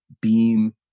Beam